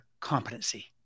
competency